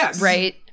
right